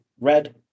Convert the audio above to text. red